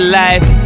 life